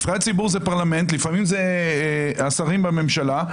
נבחרי הציבור זה פרלמנט, לפעמים זה השרים בממשלה.